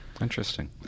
interesting